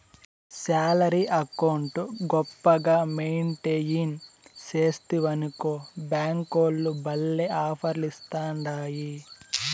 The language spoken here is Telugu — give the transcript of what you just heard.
శాలరీ అకౌంటు గొప్పగా మెయింటెయిన్ సేస్తివనుకో బ్యేంకోల్లు భల్లే ఆపర్లిస్తాండాయి